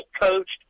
coached